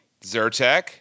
Zyrtec